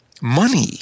money